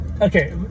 Okay